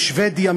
משבדיה,